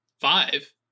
five